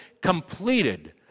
Completed